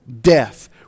death